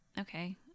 Okay